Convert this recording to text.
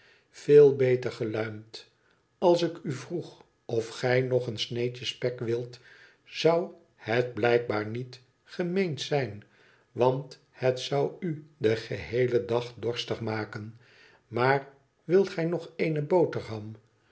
veel beter geluimd als ik u vroeg of gij nog een sneedje spek wilt zou het blijkbaar niet gemeend zijn want het zou u den geheelen dag dorstig maken maar wilt gij nog eene boterham